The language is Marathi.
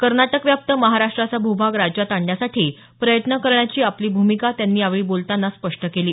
कर्नाटकव्याप्त महाराष्ट्राचा भूभाग राज्यात आणण्यासाठी प्रयत्न करण्याची आपली भूमिका त्यांनी यावेळी बोलतांना स्पष्ट केली